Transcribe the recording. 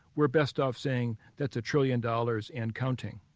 we're best off saying, that's a trillion dollars and counting.